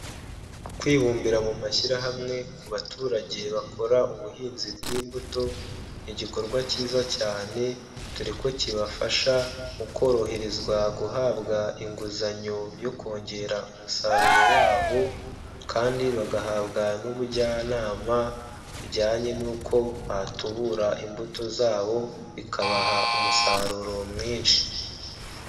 Kwibumbira mu mashyirahamwe ku baturage bakora ubuhinzi bw'imbuto, ni igikorwa cyiza cyane, dore ko kibafasha mu koroherezwa guhabwa inguzanyo yo kongera umusaruro wabo, kandi bagahabwa n'ubujyanama ,bujyanye n'uko batubura imbuto zabo, bikabaha umusaruro mwinshi.